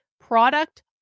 product